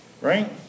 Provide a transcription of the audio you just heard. right